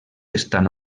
estan